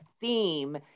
theme